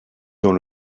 dans